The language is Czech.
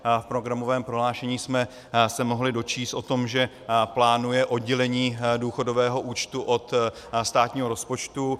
V programovém prohlášení jsme se mohli dočíst o tom, že plánuje oddělení důchodového účtu od státního rozpočtu.